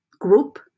group